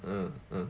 uh uh